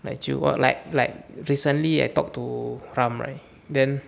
like 就 oh like like recently I talk to pram right then